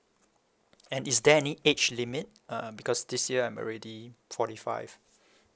and is there any age limit uh because this year I'm already forty five